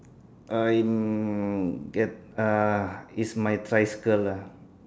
I'm get uh it's my tricycle lah